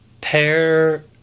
pair